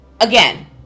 again